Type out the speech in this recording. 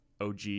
OG